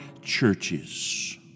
churches